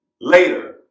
later